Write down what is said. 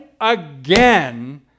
again